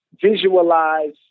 visualize